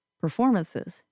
performances